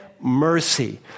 mercy